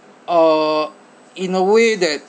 uh in a way that